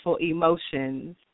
emotions